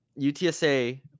UTSA